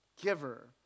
giver